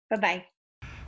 Bye-bye